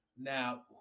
Now